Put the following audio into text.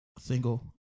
single